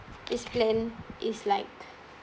this plan is like